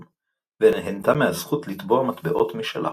ונהנתה מהזכות לטבוע מטבעות משלה.